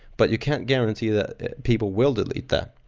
but you can't guarantee that people will delete that.